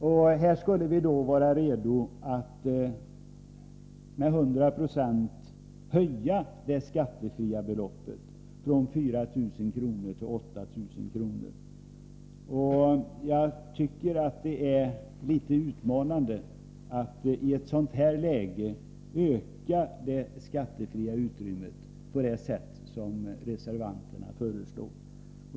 Här är reservanterna redo att med 100 90 höja det skattefria beloppet, från 4 000 till 8 000 kr. Jag tycker att det är litet utmanande att i ett sådant här läge öka det skattefria utrymmet på det sätt som reservanterna föreslår.